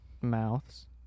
mouths